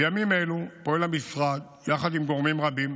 בימים אלו פועל המשרד, יחד עם גורמים רבים,